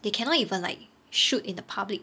they cannot even like shoot in the public